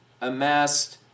amassed